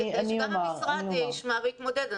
המשרד ישמע ויתמודד.